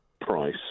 price